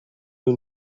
اون